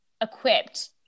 equipped